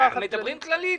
מדברים כללית.